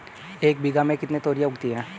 एक बीघा में कितनी तोरियां उगती हैं?